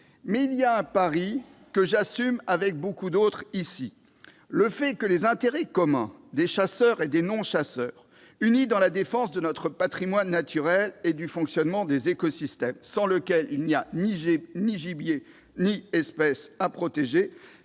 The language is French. Mais il y a un pari, que j'assume avec beaucoup d'autres ici : celui que les intérêts communs des chasseurs et des non-chasseurs, unis dans la défense de notre patrimoine naturel et du fonctionnement des écosystèmes, sans lesquels il n'y a ni gibier ni espèces protégées,